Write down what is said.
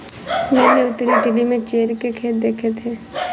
मैंने उत्तरी इटली में चेयल के खेत देखे थे